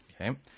Okay